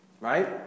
Right